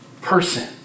person